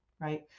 right